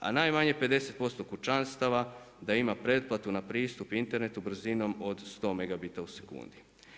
A najmanje 50% kućanstava da ima pretplatu na pristup internetu brzinom od 100 megabita u sekundi.